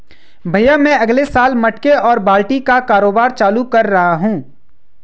भैया मैं अगले साल मटके और बाल्टी का कारोबार चालू कर रहा हूं